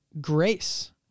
grace